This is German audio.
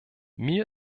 mir